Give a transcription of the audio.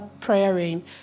praying